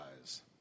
eyes